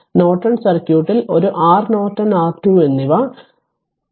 Norton circuit ൽ R Norton R2 എന്നിവ